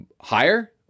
higher